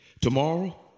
Tomorrow